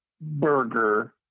Burger